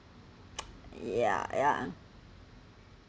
ya ya